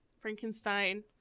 Frankenstein